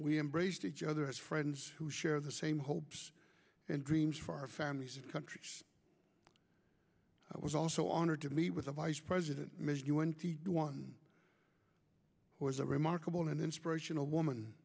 we embraced each other as friends who share the same hopes and dreams for our families of countries i was also honored to meet with the vice president ms un t d one who is a remarkable and inspirational woman